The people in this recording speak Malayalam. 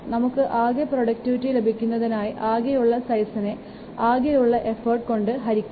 നമുക്ക് ആകെ പ്രൊഡക്ടിവിറ്റി ലഭിക്കുന്നതിനായി ആകെയുള്ള സൈസിന് ആകെ ഉള്ള എഫർട്ട് കൊണ്ട് ഹരിക്കാം